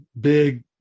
Big